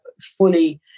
fully